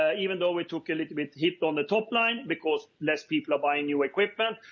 ah even though we took a little bit hit on the topline because less people are buying new equipment.